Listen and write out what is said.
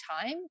time